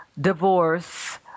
divorce